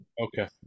Okay